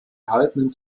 erhaltenen